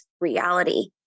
reality